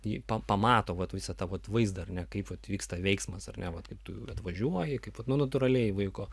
jie pamato va tu visą tą vaizdąkaip vyksta veiksmas ar ne vat kaip tu atvažiuoji kaip natūraliai vaiko